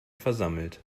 versammelt